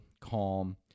calm